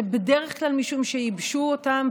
זה בדרך כלל משום שייבשו אותם,